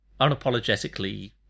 unapologetically